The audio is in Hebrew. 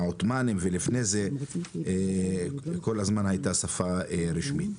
העות'מנית ולפני זה, היא כל הזמן הייתה שפה רשמית.